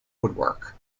woodwork